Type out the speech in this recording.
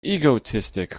egoistic